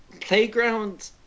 Playground